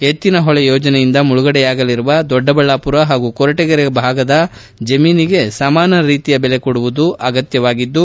ಎತ್ತಿನ ಹೊಳೆ ಯೋಜನೆಯಿಂದ ಮುಳುಗಡೆಯಾಗಲಿರುವ ದೊಡ್ಡಬಳ್ಳಾಪುರ ಹಾಗೂ ಕೊರಟಗೆರೆ ಭಾಗದ ಜಮೀನಿಗೆ ಸಮಾನ ರೀತಿಯ ಬೆಲೆ ಕೊಡುವುದು ಅಗತ್ತವಾಗಿದ್ದು